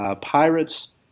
Pirates